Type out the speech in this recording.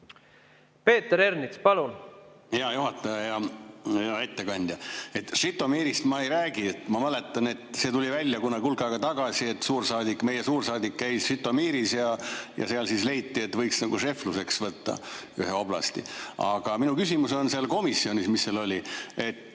Peeter Ernits, palun! Hea juhataja! Hea ettekandja! Žõtomõrist ma ei räägi. Ma mäletan, et see tuli välja kunagi hulk aega tagasi, et meie suursaadik käis Žõtomõris ja seal siis leiti, et võiks šefluse alla võtta ühe oblasti. Aga minu küsimus on selle kohta, mis seal